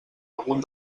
algun